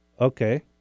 Okay